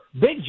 Big